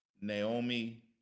Naomi